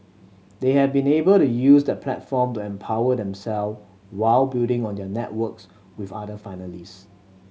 they have been able to use that platform to empower themself while building on their networks with other finalist